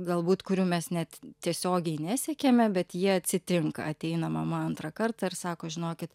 galbūt kurių mes net tiesiogiai nesekėme bet jie atsitinka ateina mama antrą kartą ir sako žinokit